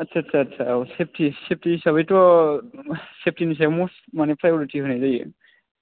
आत्सा आत्सा आत्सा औ सेफ्टि सेफ्टि हिसाबैथ' सेफ्टिनि सायाव मस्ट माने प्रायरिटि होनाय जायो